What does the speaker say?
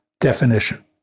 definition